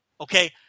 Okay